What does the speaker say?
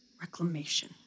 Reclamation